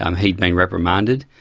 um he'd been reprimanded,